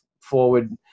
forward